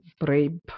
rape